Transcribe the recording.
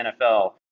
NFL